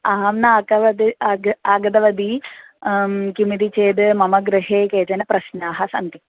अहं न आकवद् आग आगतवती किमिति चेद् मम गृहे केचन प्रश्नाः सन्ति